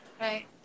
Right